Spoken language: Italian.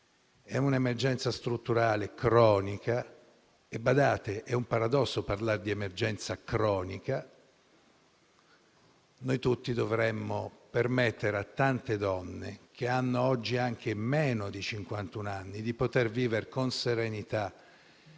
un'emergenza strutturale cronica e badate che è un paradosso parlare di emergenza cronica. Noi tutti dovremmo permettere a tante donne, che oggi hanno anche meno di cinquantuno anni, di poter vivere con serenità